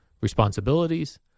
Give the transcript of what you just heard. responsibilities